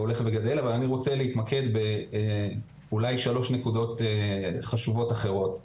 אבל אני רוצה להתמקד אולי ב-3 נקודות חשובות אחרות.